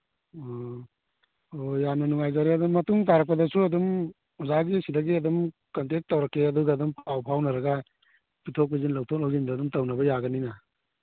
ꯑꯥ ꯑꯣ ꯌꯥꯝꯅ ꯅꯨꯡꯉꯥꯏꯖꯔꯦ ꯑꯗꯨ ꯃꯇꯨꯡ ꯇꯥꯔꯛꯄꯗꯁꯨ ꯑꯗꯨꯝ ꯑꯣꯖꯥꯒꯤ ꯁꯤꯗꯒꯤ ꯑꯗꯨꯝ ꯀꯟꯇꯦꯛ ꯇꯧꯔꯛꯀꯦ ꯑꯗꯨꯒ ꯑꯗꯨꯝ ꯄꯥꯎ ꯐꯥꯎꯅꯔꯒ ꯄꯨꯊꯣꯛ ꯄꯨꯁꯤꯟ ꯂꯧꯊꯣꯛ ꯂꯧꯁꯤꯟꯗꯣ ꯑꯗꯨꯝ ꯇꯧꯅꯕ ꯌꯥꯒꯅꯤꯅ